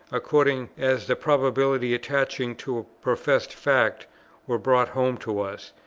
according as the probabilities attaching to a professed fact were brought home to us,